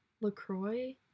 LaCroix